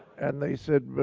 and they said,